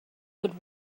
would